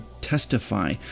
testify